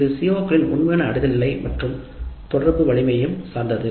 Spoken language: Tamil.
இது CO களின் உண்மையான அடைய நிலை மற்றும் தொடர்பு வலிமையையும் சார்ந்தது